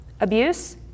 abuse